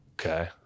Okay